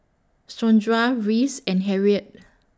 Sondra Rhys and Harriette